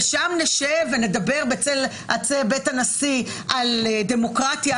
ושם נשב ונדבר בצל עצי בית הנשיא על דמוקרטיה,